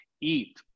eat